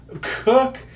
Cook